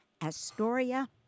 Astoria